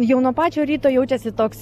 jau nuo pačio ryto jaučiasi toks